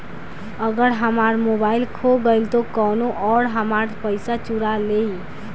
अगर हमार मोबइल खो गईल तो कौनो और हमार पइसा चुरा लेइ?